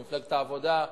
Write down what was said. ממפלגת העבודה.